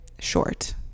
short